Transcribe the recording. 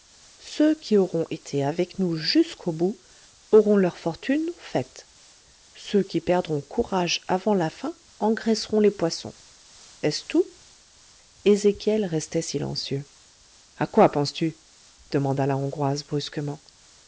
ceux qui auront été avec nous jusqu'au bout auront leur fortune faite ceux qui perdront courage avant la fin engraisseront les poissons est-ce tout ezéchiel restait silencieux a quoi penses-tu demanda la hongroise brusquement